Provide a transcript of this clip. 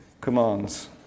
commands